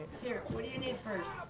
here, what do you need first?